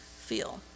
feel